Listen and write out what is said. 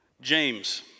James